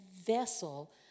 vessel